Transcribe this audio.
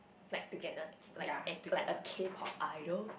like together like a like a K-pop idol